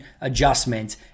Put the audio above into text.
adjustment